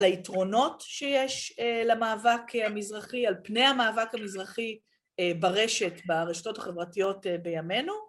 ‫על היתרונות שיש למאבק המזרחי, ‫על פני המאבק המזרחי ‫ברשת, ברשתות החברתיות בימינו.